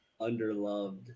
underloved